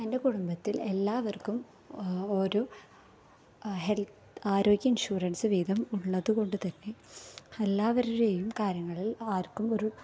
എൻ്റെ കുടുംബത്തിൽ എല്ലാവർക്കും ഒരു ഹെൽത് ആരോഗ്യ ഇൻഷുറൻസ്സ് വീതം ഉള്ളതുകൊണ്ട് തന്നെ എല്ലാവരുടെയും കാര്യങ്ങളിൽ ആർക്കുമൊരു